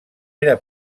era